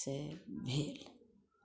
से भेल